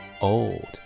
old